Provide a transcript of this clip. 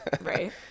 Right